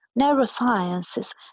neurosciences